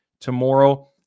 tomorrow